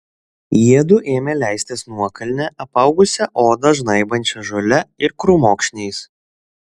jiedu ėmė leistis nuokalne apaugusia odą žnaibančia žole ir krūmokšniais